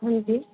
ਹਾਂਜੀ